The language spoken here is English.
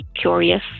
curious